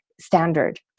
standard